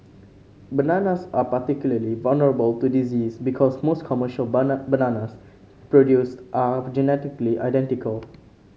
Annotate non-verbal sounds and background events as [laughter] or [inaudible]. bananas are particularly vulnerable to disease because most commercial [unintelligible] bananas produced are [unintelligible] genetically identical